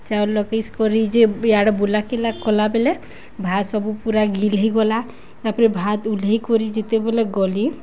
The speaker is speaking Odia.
ଚାଉଲ କିସ କରି ଯେ ଇଆଡ଼ ବୁଲା କିଲା କଲାବେଲେ ଭାତ ସବୁ ପୁରା ଗିଲ ହେଇଗଲା ତାପରେ ଭାତ ଉଲ୍ହେଇ କରି ଯେତେବେଲେ ଗଲି